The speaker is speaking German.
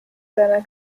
seiner